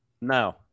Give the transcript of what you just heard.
no